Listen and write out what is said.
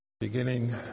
beginning